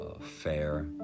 fair